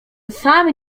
sam